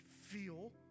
feel